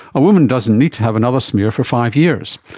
a woman doesn't need to have another smear for five years.